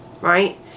right